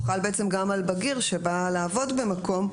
הוא חל בעצם גם על בגיר שבא לעבוד במקום.